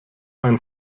ein